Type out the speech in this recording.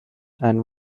and